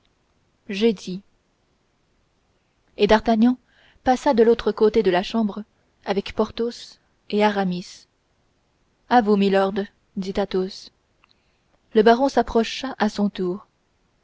dit et d'artagnan passa de l'autre côté de la chambre avec porthos et aramis à vous milord dit athos le baron s'approcha à son tour